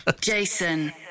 Jason